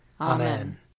Amen